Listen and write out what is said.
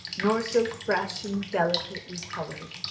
nor so fresh and delicately coloured.